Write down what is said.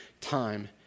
time